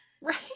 right